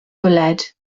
bwled